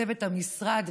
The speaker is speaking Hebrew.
צוות המשרד,